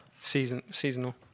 Seasonal